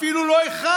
אפילו לא אחד.